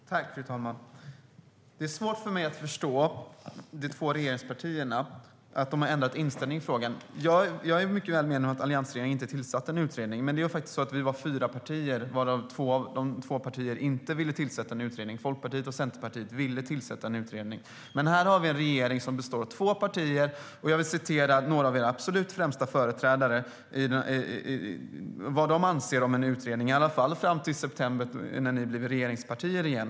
Fru talman! Det är svårt för mig att förstå att de två regeringspartierna har ändrat inställning i frågan. Jag är mycket väl medveten om att alliansregeringen inte tillsatte en utredning. Men vi var fyra partier varav två partier inte ville tillsätta en utredning. Folkpartiet och Centerpartiet ville tillsätta en utredning. Men nu har vi en regering som består av två partier, och jag vill citera vad ett par av era absolut främsta företrädare anser om en utredning, i alla fall fram till september när ni blev regeringspartier igen.